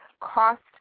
cost